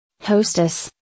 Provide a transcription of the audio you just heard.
Hostess